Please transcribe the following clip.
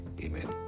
Amen